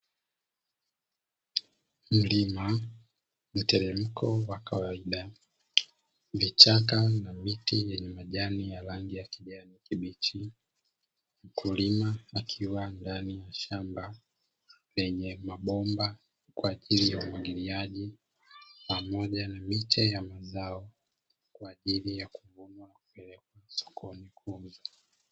Mlima mteremko wa kawaida, vichaka na miti yenye majani ya rangi ya kijani kibichi, mkulima akiwa ndani ya shamba lenye mabomba kwa ajili ya umwagiliaji pamoja na miche ya mazao kwa ajili ya kuvunwa kupelekwa sokoni kuuzwa.